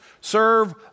serve